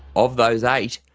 of those eight,